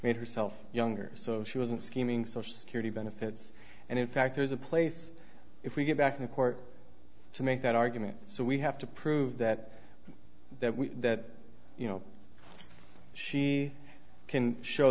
made herself younger so she wasn't screaming social security benefits and in fact there's a place if we get back in a court to make that argument so we have to prove that that we that you know she can show